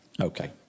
Okay